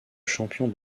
champion